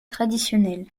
traditionnelle